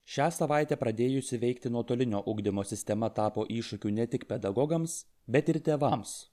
šią savaitę pradėjusi veikti nuotolinio ugdymo sistema tapo iššūkiu ne tik pedagogams bet ir tėvams